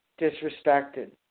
disrespected